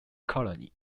colony